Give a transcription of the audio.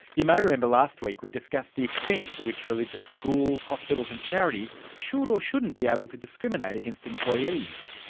you may remember last week we discussed the extent to which religious schools, hospitals and charities should or shouldn't be able to discriminate against employees.